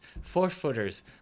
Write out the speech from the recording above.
Four-footers